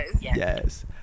Yes